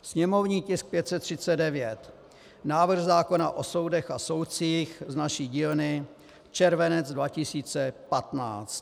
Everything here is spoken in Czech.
Sněmovní tisk 539, návrh zákona o soudech a soudcích z naší dílny červenec 2015.